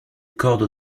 corde